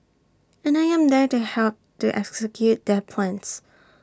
and I am there to help to execute their plans